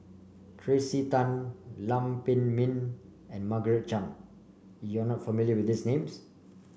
Tracey Tan Lam Pin Min and Margaret Chan you are not familiar with these names